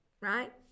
Right